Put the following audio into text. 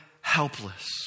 helpless